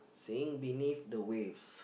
saying beneath the waves